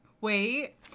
Wait